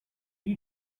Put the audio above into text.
you